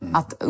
att